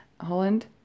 Holland